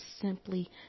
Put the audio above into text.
simply